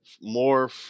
more